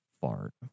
fart